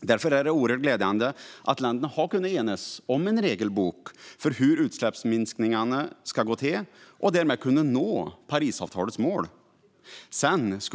Därför är det oerhört glädjande att länderna har kunnat enas om en regelbok för hur utsläppsminskningarna ska gå till så att Parisavtalets mål kan nås.